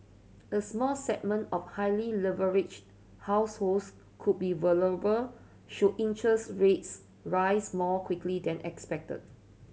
a small segment of highly leveraged households could be vulnerable should interest rates rise more quickly than expected